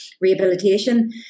rehabilitation